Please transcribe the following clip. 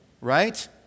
right